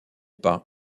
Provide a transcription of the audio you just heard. par